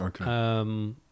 Okay